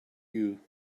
you